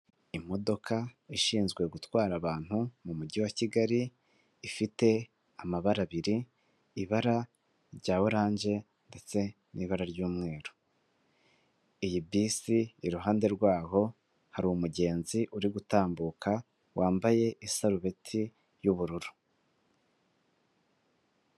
Imodoka ishinzwe gutwara abantu mu mujyi wa kigali ifite amabara abiri, ibara rya oranje ndetse n'ibara ry'umweru, iyi bisi iruhande rwaho hari umugenzi uri gutambuka wambaye isarubeti y'ubururu.